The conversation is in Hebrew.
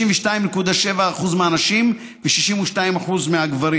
52.7% מהנשים ו-62% מהגברים.